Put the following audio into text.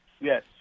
yes